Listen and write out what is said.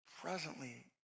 presently